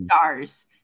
stars